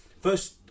first